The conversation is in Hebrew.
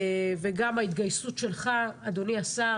וגם ההתגייסות שלך אדוני השר,